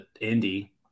Indy